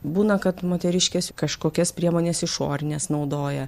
būna kad moteriškės kažkokias priemones išorines naudoja